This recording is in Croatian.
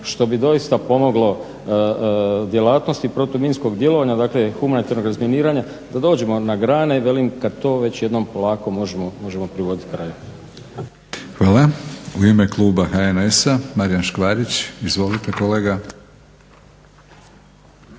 što bi doista pomoglo djelatnosti protuminskog djelovanja dakle humanitarnog razminiranja da dođemo na grane, velim kada to već jednom polako možemo privoditi kraju. **Batinić, Milorad (HNS)** Hvala. U ime kluba HNS-a Marijan Škvarić. Izvolite kolega.